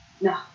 No